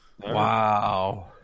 Wow